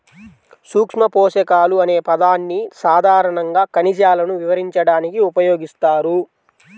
సూక్ష్మపోషకాలు అనే పదాన్ని సాధారణంగా ఖనిజాలను వివరించడానికి ఉపయోగిస్తారు